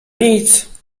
nic